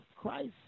Christ